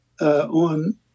on